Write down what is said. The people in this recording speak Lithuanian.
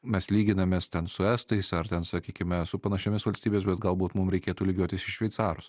mes lyginamės ten su estais ar ten sakykime su panašiomis valstybės bet galbūt mums reikėtų lygiuotis į šveicarus